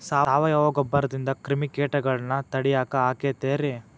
ಸಾವಯವ ಗೊಬ್ಬರದಿಂದ ಕ್ರಿಮಿಕೇಟಗೊಳ್ನ ತಡಿಯಾಕ ಆಕ್ಕೆತಿ ರೇ?